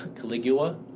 Caligula